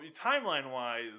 timeline-wise